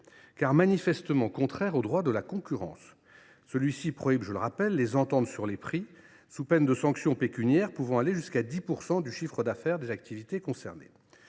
était manifestement contraire au droit de la concurrence. Celui ci prohibe en effet les ententes sur les prix, sous peine de sanctions pécuniaires pouvant aller jusqu’à 10 % du chiffre d’affaires des activités concernées.